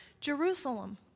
Jerusalem